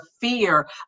fear